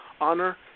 honor